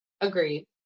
Agreed